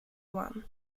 one